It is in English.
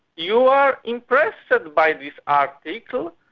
you are impressed by this article,